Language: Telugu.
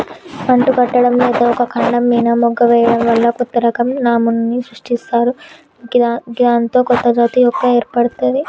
అంటుకట్టడం లేదా ఒక కాండం మీన మొగ్గ వేయడం వల్ల కొత్తరకం నమూనాను సృష్టిస్తరు గిదాంతో కొత్తజాతి మొక్క ఏర్పడ్తది